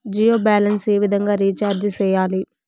Jio balance ఏ విధంగా recharge సేయాలి?